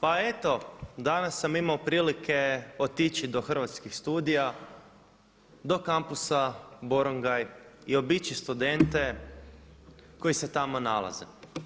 Pa eto, danas sam imao prilike otići do Hrvatskih studija, do Kampusa Borongaj i obići studente koji se tamo nalaze.